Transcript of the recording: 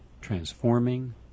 transforming